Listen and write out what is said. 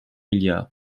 milliards